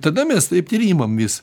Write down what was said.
tada mes taip ir imam vis